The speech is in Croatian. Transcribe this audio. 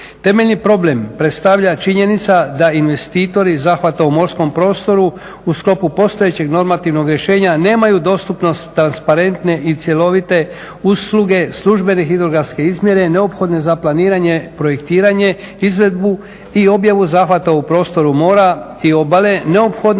Temeljeni problem predstavlja činjenica da investitori zahvata u morskom prostoru u sklopu postojećeg normativnog rješenja a nemaju dostupnost transparentne i cjelovite usluge. Službene hidrografske izmjene neophodne za planiranje, projektiranje, izvedbu i objavu zahvata u prostoru mora i obale neophodnu